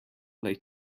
play